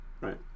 right